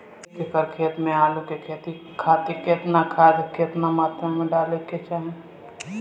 एक एकड़ खेत मे आलू के खेती खातिर केतना खाद केतना मात्रा मे डाले के चाही?